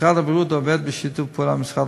משרד הבריאות עובד בשיתוף פעולה עם משרד